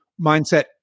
mindset